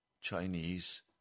Chinese